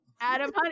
Adam